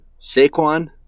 Saquon